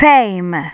Fame